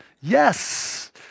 Yes